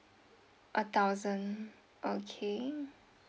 a thousand okay